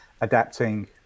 adapting